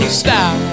stop